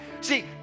See